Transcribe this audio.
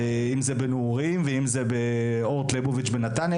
אם זה בנעורים ואם זה באורט ליבוביץ' בנתניה.